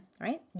right